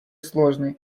сложные